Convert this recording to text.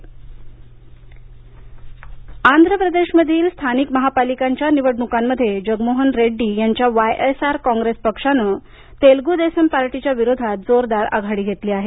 विजयवाडा निवडणक आंध्र प्रदेशमधील स्थानिक महापालिकांच्या निवडणुकांमध्ये जगनमोहन रेड्डी यांच्या वायएसआर कॉंग्रेस पक्षानं तेलगू देसम पार्टीच्या विरोधात जोरदार आघाडी घेतली आहे